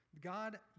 God